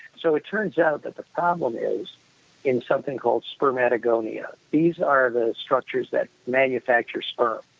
so it turns out that the problem is in something called spermatogonia. these are the structures that manufacture sperm.